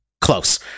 close